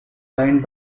lined